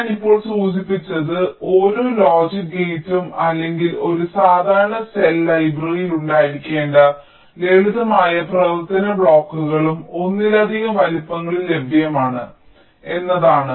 ഞാൻ ഇപ്പോൾ സൂചിപ്പിച്ചത് ഓരോ ലോജിക് ഗേറ്റും അല്ലെങ്കിൽ ഒരു സാധാരണ സെൽ ലൈബ്രറിയിൽ ഉണ്ടായിരിക്കേണ്ട ലളിതമായ പ്രവർത്തന ബ്ലോക്കുകളും ഒന്നിലധികം വലുപ്പങ്ങളിൽ ലഭ്യമാണ് എന്നതാണ്